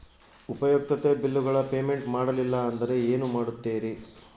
ಉಪಯುಕ್ತತೆ ಬಿಲ್ಲುಗಳ ಪೇಮೆಂಟ್ ಮಾಡಲಿಲ್ಲ ಅಂದರೆ ಏನು ಮಾಡುತ್ತೇರಿ?